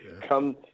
come